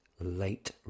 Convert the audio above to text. late